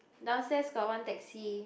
downstairs got one taxi